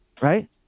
right